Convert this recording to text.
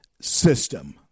system